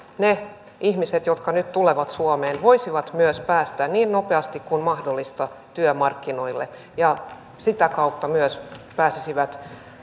ne ihmiset jotka nyt tulevat suomeen voisivat myös päästä niin nopeasti kuin mahdollista työmarkkinoille ja sitä kautta myös pääsisivät